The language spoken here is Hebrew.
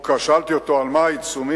שאלתי אותו על מה העיצומים,